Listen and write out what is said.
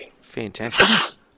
Fantastic